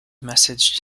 message